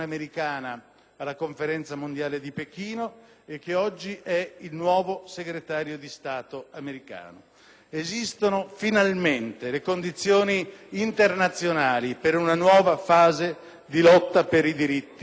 alla Conferenza mondiale di Pechino e che oggi è il nuovo Segretario di Stato americano. Esistono finalmente le condizioni internazionali per una nuova fase di lotta per i diritti umani,